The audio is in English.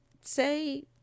say